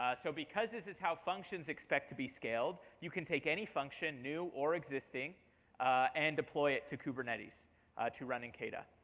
ah so because this is how functions expect to be scaled, you can take any function new or existing and deploy it to kubernetes to run in kada.